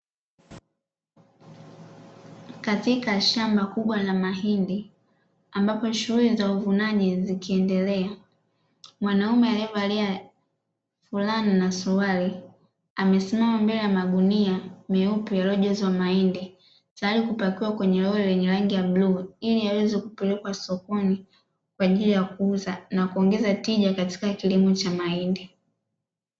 Katika shamba kubwa la mahindi, ambapo shughuli za uvunaji zikiendelea, mwanaume aliyevalia fulana na suruali, amesimama mbele ya magunia meupe yaliyojazwa mahindi, tayari kupakiwa kwenye lori lenye rangi ya bluu, ili yaweze kupelekwa sokoni, kwa ajili ya kuuza na kuongeza tija katika kilimo cha mahindi.